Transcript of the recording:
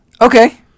okay